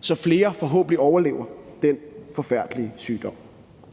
sådan at flere forhåbentlig overlever den forfærdelige sygdom.